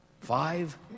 Five